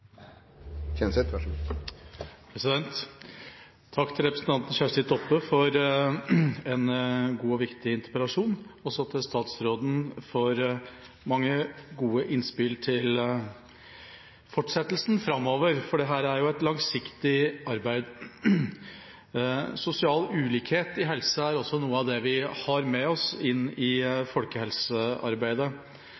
Kjersti Toppe for en god og viktig interpellasjon og også til statsråden for mange gode innspill til fortsettelsen framover, for dette er jo et langsiktig arbeid. Sosial ulikhet i helse er også noe av det vi har med oss inn i